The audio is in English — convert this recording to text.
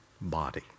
body